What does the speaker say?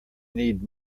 need